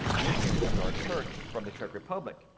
missionary come to our church from the czech republic,